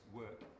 work